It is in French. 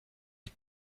est